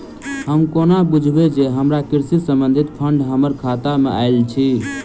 हम कोना बुझबै जे हमरा कृषि संबंधित फंड हम्मर खाता मे आइल अछि?